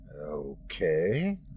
Okay